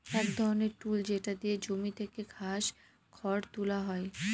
এক ধরনের টুল যেটা দিয়ে জমি থেকে ঘাস, খড় তুলা হয়